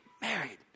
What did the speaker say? Married